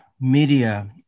media